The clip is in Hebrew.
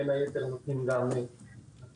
בין היתר נותנים גם הלוואות.